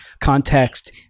context